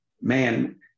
man